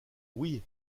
oui